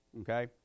Okay